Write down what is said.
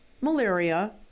malaria